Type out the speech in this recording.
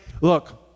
look